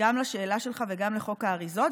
גם לשאלה שלך וגם לחוק האריזות.